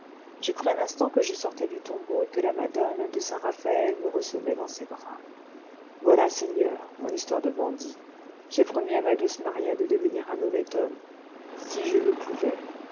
je crus un instant que je sortais du tombeau et que la madone de saint raphaël me recevait dans ses bras voilà seigneur mon histoire de bandit j'ai promis à ma douce maria de devenir un honnête homme si je le pouvais